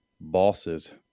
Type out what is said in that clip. bosses